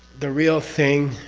the real thing.